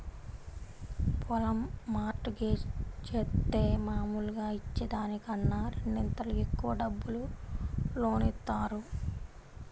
పొలం mortgage జేత్తే మాములుగా ఇచ్చే దానికన్నా రెండింతలు ఎక్కువ డబ్బులు లోను ఇత్తారు